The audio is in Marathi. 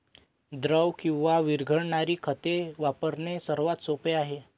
द्रव किंवा विरघळणारी खते वापरणे सर्वात सोपे आहे